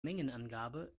mengenangabe